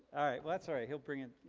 alright. well that's alright he'll bring in